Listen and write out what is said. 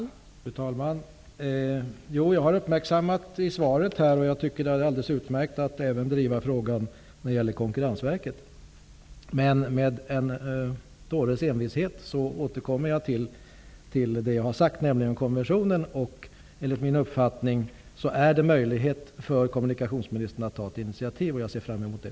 Fru talman! Jo, jag har uppmärksammat i svaret att frågan kan tas upp även i Konkurrensverket, och jag tycker att det är alldeles utmärkt. Men med en dåres envishet återkommer jag till det jag har sagt om konventionen. Enligt min uppfattning är det möjligt för kommunikationsministern att ta ett initiativ, och det ser jag fram mot.